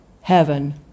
heaven